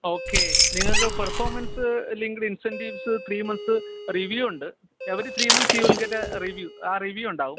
okay നിങ്ങള്ക്ക് performance linked incentives three months review ഉണ്ട് every three months you will get a review ആ review ഉണ്ടാകും